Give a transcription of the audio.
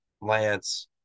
Lance